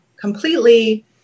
completely –